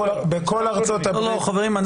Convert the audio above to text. בכל ארצות-הברית ------ חברים.